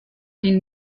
die